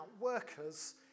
workers